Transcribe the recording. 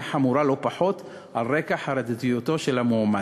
חמורה לא פחות על רקע חרדיותו של המועמד.